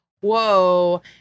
whoa